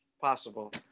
Possible